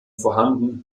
vorhanden